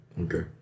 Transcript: okay